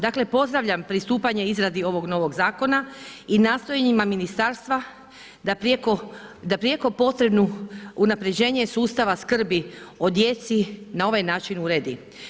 Dakle pozdravljam pristupanje izradi ovog novog zakona i nastojanjima ministarstva da prijeko potrebnu unapređenje sustava skrbi o djeci na ovaj način uredi.